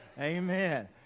Amen